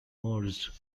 merged